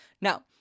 Now